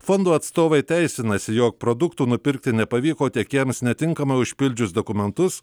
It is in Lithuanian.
fondo atstovai teisinasi jog produktų nupirkti nepavyko tiekėjams netinkamai užpildžius dokumentus